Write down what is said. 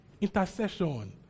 intercession